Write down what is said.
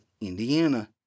Indiana